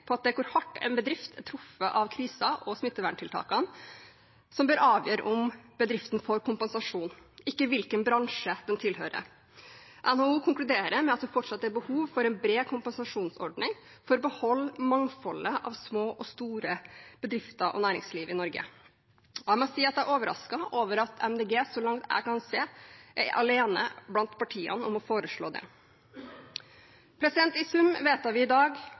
på at det er hvor hardt en bedrift er truffet av krisen og smitteverntiltakene, som bør avgjøre om bedriften får kompensasjon – ikke hvilken bransje den tilhører. NHO konkluderer med at det fortsatt er behov for en bred kompensasjonsordning for å beholde mangfoldet av små og store bedrifter og næringsliv i Norge. Jeg er overrasket over at Miljøpartiet De Grønne, så langt jeg kan se, er alene blant partiene om å foreslå det. I sum vedtar vi i dag